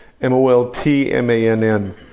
M-O-L-T-M-A-N-N